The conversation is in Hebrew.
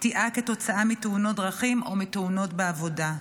קטיעה כתוצאה מתאונות דרכים או מתאונות בעבודה,